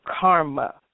karma